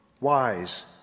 wise